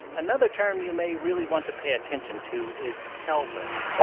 another term you may really want to pay attention to is kelvin.